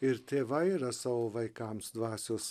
ir tėvai yra savo vaikams dvasios